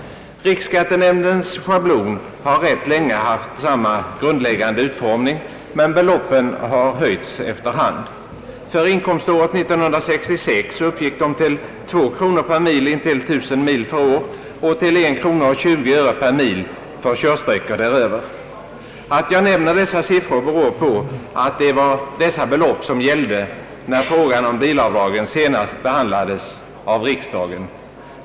Riksskattenämndens schablon har rätt länge haft samma grundläggande utformning, men beloppen har höjts ef ter hand, För inkomståret 1966 uppgick de till 2 kronor per mil intill 1000 mil per år och till 1 krona 20 öre per mil för körsträckor däröver. Att jag nämner dessa belopp beror på att det var de som gällde, när frågan om bilavdragen senast behandlades av riksdagen.